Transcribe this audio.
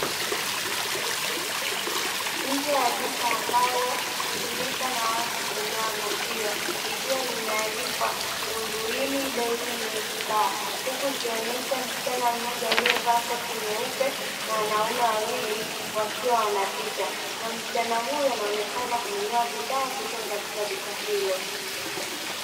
Nje ya duka ambalo hutumika na watu kununua maziwa, likiwa limeandikwa "Dumbuini daily Milk Bar", huku ikionyesha msichana mmoja aliyevaa koti nyeupe na wanaume wawili wakiwa wanapita. Na msichana huyo anaonekana kununua bidhaa kutoka katika duka hilo.